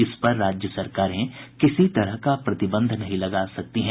इस पर राज्य सरकारें किसी तरह का प्रतिबंध नहीं लगा सकती हैं